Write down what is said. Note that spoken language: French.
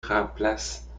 remplace